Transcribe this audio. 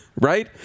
Right